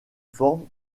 forme